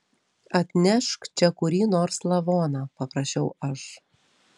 atnešk čia kurį nors lavoną paprašiau aš